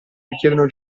richiedono